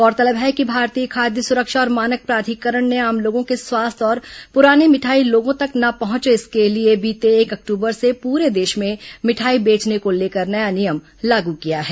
गौरतलब है कि भारतीय खाद्य सुरक्षा और मानक प्राधिकरण ने आम लोगों के स्वास्थ्य और पुरानी मिठाई लोगों तक न पहुंचे इसके लिए बीते एक अक्टूबर से पूरे देश में मिठाई बेचने को लेकर नया नियम लागू किया है